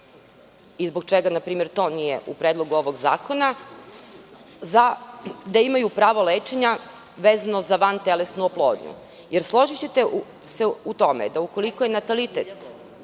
i zbog čega npr. to nije u predlogu ovog zakona, da imaju pravo lečenja vezano za vantelesnu oplodnju? Složićete se u tome da ukoliko je natalitet